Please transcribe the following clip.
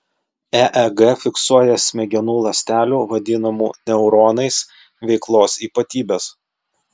eeg fiksuoja smegenų ląstelių vadinamų neuronais veiklos ypatybes